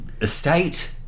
estate